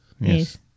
Yes